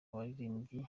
abaririmbyi